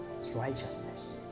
Righteousness